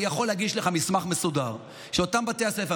אני יכול להגיש לך מסמך מסודר שאותם בתי הספר,